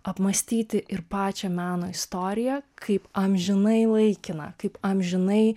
apmąstyti ir pačią meno istoriją kaip amžinai laikiną kaip amžinai